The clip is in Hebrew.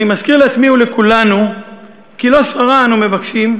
אני מזכיר לעצמי ולכולנו כי לא שררה אנו מבקשים,